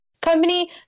company